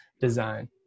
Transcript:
design